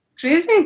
crazy